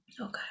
okay